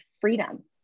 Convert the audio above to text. freedom